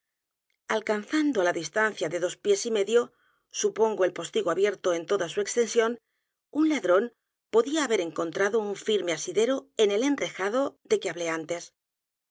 alcanzando á la dislos crímenes de la calle morgue tancia de dos pies y medio supongo el postigo abierto en tpda su extensión un ladrón podía haber encontrado un firme asidero en el enrejado de que habió antes